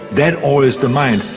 that all is the mind,